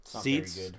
seats